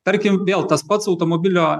tarkim vėl tas pats automobilio